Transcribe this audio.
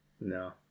No